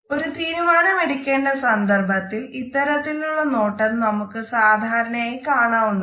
ഒരു തീരുമാനം എടുക്കേണ്ട സന്ദർഭത്തിൽ ഇത്തരത്തിലുള്ള നോട്ടം നമുക്ക് സാധാരണയായി കാണാവുന്നതാണ്